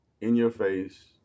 in-your-face